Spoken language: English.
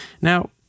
Now